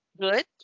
good